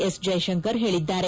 S Jaishankar ಹೇಳಿದ್ದಾರೆ